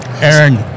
Aaron